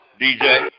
DJ